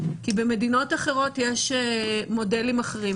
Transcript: כי במדינות אחרות יש מודלים אחרים.